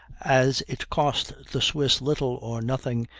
as it cost the swiss little or nothing,